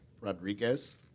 Rodriguez